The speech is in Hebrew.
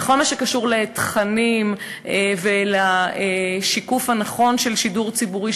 בכל מה שקשור לתכנים ולשיקוף הנכון של שידור ציבורי,